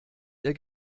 der